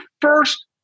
first